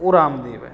ਉਹ ਰਾਮਦੇਵ ਹੈ